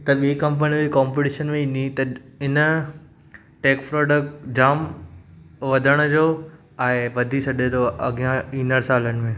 त ॿि कम्पनियुनि जी कॉम्पिटिशन बि ईन्दी त इन टेक प्रोडेक्ट जाम वधणु जो आहे वधी सघे थो अॻियां ईन्दढ़ु सालनि में